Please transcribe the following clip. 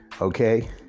okay